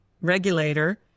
regulator